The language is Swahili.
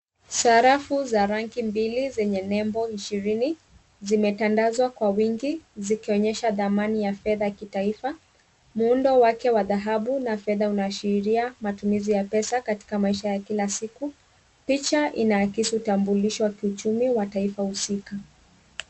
Sarafu za rangi mbili zenye nembo ishirini, zimetandazwa kwa wingi zikionyesha thamani ya fedha kitaifa. Muundo wake wa dhahabu na fedha unaashiria matumizi ya pesa kwenye shughuli za kila siku, picha inaakisi utambulisho wa kiuchumi wa taifa husika.